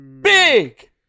Big